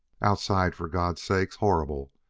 outside, for god's sake. horrible.